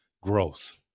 growth